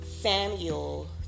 Samuel